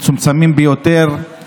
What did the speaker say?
הוא מצומצם ביותר,